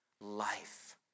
life